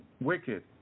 wicked